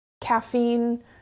caffeine